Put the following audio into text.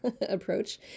approach